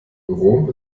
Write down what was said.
rom